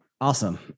Awesome